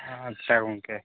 ᱟᱪᱪᱷᱟ ᱜᱚᱝᱠᱮ